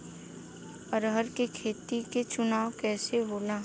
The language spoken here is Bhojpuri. अरहर के खेत के चुनाव कइसे होला?